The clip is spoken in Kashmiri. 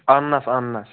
اَنٕنَس اَنٕنَس